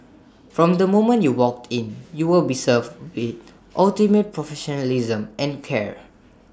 from the moment you walk in you will be served with ultimate professionalism and care